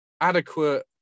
adequate